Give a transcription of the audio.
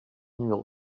numéro